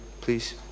please